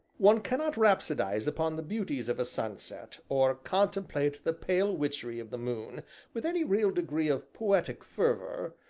one cannot rhapsodize upon the beauties of a sunset, or contemplate the pale witchery of the moon with any real degree of poetic fervor,